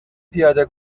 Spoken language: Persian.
پیاده